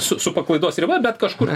su su paklaidos riba bet kažkur